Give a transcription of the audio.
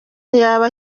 ntiyaba